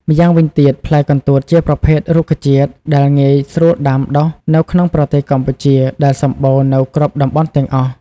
ម្យ៉ាងវិញទៀត ផ្លែកន្ទួតជាប្រភេទរុក្ខជាតិដែល ងាយស្រួលដាំដុះ នៅក្នុងប្រទេសកម្ពុជា ដែលសម្បូរនៅគ្រប់តំបន់ទាំងអស់។